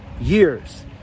years